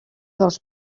dels